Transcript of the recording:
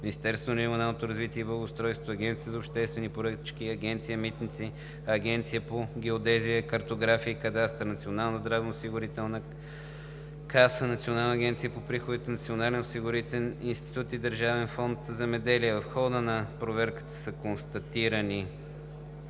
Министерството на регионалното развитие и благоустройството, Агенцията по обществени поръчки, Агенция „Митници“, Агенцията по геодезия, картография и кадастър, Националната здравноосигурителна каса, Националната агенция за приходите, Националният осигурителен институт и Държавен фонд „Земеделие“. В хода на проверката е констатирано,